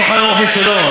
של כיפת-הסלע.